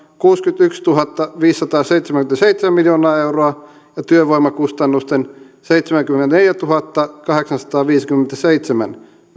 kuusikymmentätuhattaviisisataaseitsemänkymmentäseitsemän miljoonaa euroa ja työvoimakustannusten seitsemänkymmentäneljätuhattakahdeksansataaviisikymmentäseitsemän